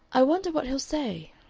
i wonder what he'll say?